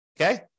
Okay